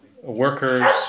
workers